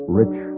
rich